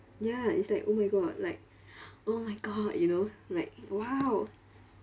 ya it's like oh my god like oh my god you know like !wow!